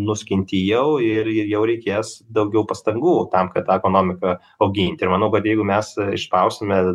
nuskinti jau ir ir jau reikės daugiau pastangų tam kad tą ekonomiką auginti ir manau kad jeigu mes išspausime